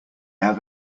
have